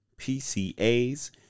PCAs